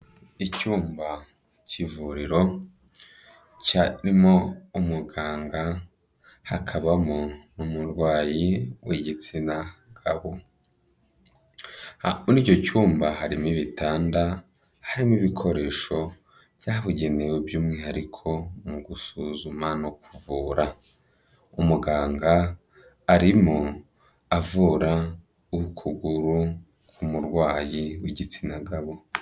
Icyumba cy'ivuriro, cyarimo umuganga, hakabamo n'umurwayi w'igitsina gabo, muri icyo cyumba harimo ibitanda, harimo ibikoresho byabugenewe by'umwihariko mu gusuzuma no kuvura, umuganga arimo avura ukuguru k'umurwayi w'igitsina gabo.